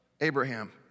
Abraham